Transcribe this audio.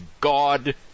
god